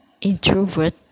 introvert